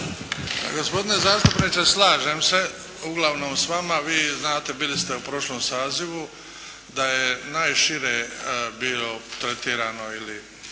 Gospodine zastupniče! Slažem se uglavnom s vama. Vi znate, bili ste u prošlom sazivu da je najšire bilo pretjerano ili